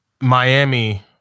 Miami